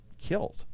killed